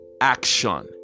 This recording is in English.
action